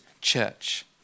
church